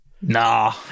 Nah